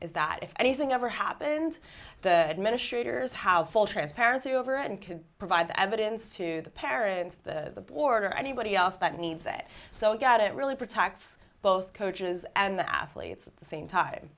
is that if anything ever happened the administrators how full transparency over and can provide the evidence to the parents the order anybody else that needs it so got it really protects both coaches and the athletes at the same time